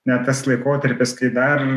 ne tas laikotarpis kai dar